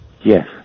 Yes